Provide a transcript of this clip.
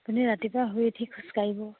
আপুনি ৰাতিপুৱা শুই উঠি খোজকাঢ়িব